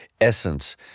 essence